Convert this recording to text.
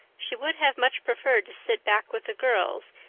she would have much preferred to sit back with the girls,